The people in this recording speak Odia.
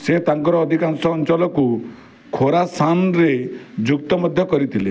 ସେ ତାଙ୍କର ଅଧିକାଂଶ ଅଞ୍ଚଳକୁ ଖୋରାସାନରେ ଯୁକ୍ତ ମଧ୍ୟ କରିଥିଲେ